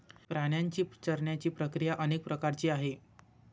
प्राण्यांची चरण्याची प्रक्रिया अनेक प्रकारची आहे